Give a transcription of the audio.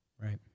Right